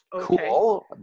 cool